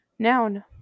Noun